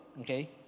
okay